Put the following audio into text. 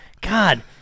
God